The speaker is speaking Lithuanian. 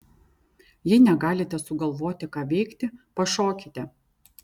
jei negalite sugalvoti ką veikti pašokite